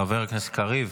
חבר הכנסת קריב,